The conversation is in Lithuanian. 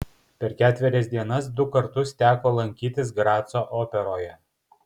per ketverias dienas du kartus teko lankytis graco operoje